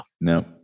No